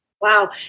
Wow